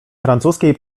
francuskiej